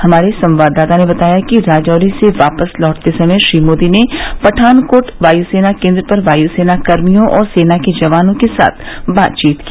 हमारे संवाददाता ने बताया है कि राजौरी से वापस लौटते समय श्री मोदी ने पठानकोट वायुसेना केन्द्र पर वायुसेना कर्मियों और सेना के जवानों के साथ भी बातचीत की